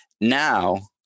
Now